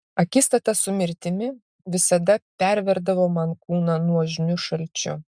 akistata su mirtimi visada perverdavo man kūną nuožmiu šalčiu